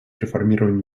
реформирования